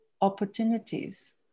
opportunities